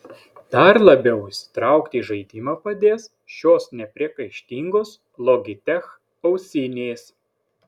dar labiau įsitraukti į žaidimą padės šios nepriekaištingos logitech ausinės